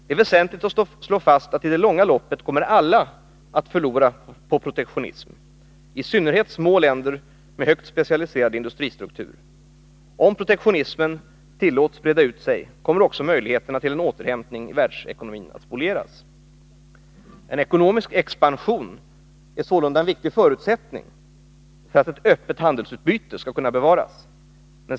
Det är väsentligt att slå fast att i det långa loppet kommer alla att förlora på protektionism, i synnerhet små länder med högt specialiserad industristruktur. Om protektionismen tillåts breda ut sig, kommer också möjligheterna till en återhämtning i världsekonomin att spolieras. En ekonomisk expansion är sålunda en viktig förutsättning för att ett öppet handelsutbyte skall kunna bevaras.